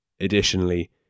additionally